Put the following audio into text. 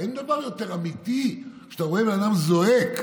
ואין דבר יותר אמיתי כשאתה רואה בן אדם זועק,